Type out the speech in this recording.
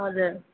हजुर